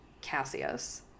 Cassius